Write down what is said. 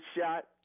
shot